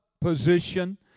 position